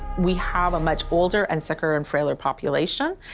we have a much older and sicker and frailer population,